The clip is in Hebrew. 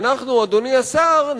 אדוני השר,